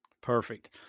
Perfect